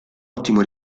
ottimo